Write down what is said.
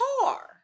car